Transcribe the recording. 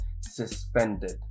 suspended